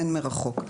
אין מרחוק.